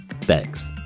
Thanks